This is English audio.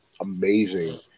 amazing